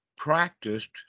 practiced